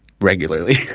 regularly